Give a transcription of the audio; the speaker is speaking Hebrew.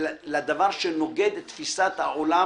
לדבר שנוגד את תפיסת העולם